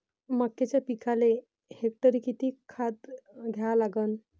मक्याच्या पिकाले हेक्टरी किती खात द्या लागन?